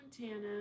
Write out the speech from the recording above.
Montana